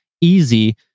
easy